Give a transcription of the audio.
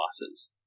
losses